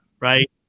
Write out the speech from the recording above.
right